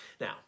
Now